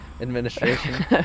administration